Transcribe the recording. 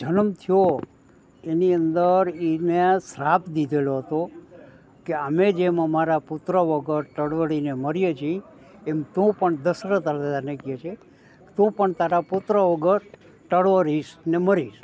જનમ થયો એની અંદર એને શ્રાપ દીધેલો હતો કે અમે જેમ અમારા પુત્રો વગર ટળવળીને મરીએ છીએ એમ તું પણ દશરથ રાજાને કહે છે તું પણ તારા પુત્રો વગર ટળવળીશ ને મરીશ